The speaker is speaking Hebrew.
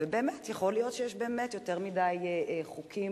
ובאמת, יכול להיות שיש יותר מדי חוקים.